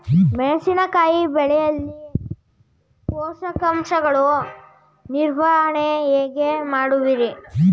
ಮೆಣಸಿನಕಾಯಿ ಬೆಳೆಯಲ್ಲಿ ಪೋಷಕಾಂಶಗಳ ನಿರ್ವಹಣೆ ಹೇಗೆ ಮಾಡುವಿರಿ?